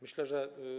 Myślę, że.